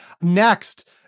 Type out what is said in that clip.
Next